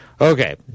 Okay